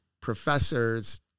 professors